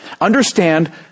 understand